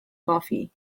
coffee